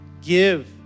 give